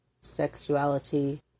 sexuality